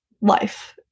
life